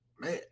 Man